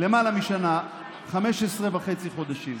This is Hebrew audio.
למעלה משנה, 15.5 חודשים.